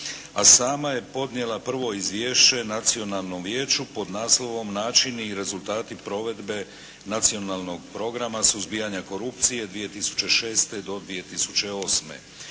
a sama je podnijela prvo izvješće Nacionalnom vijeću pod naslovom "Načini i rezultati provedbe Nacionalnog programa suzbijanja korupcije 2006. do 2008."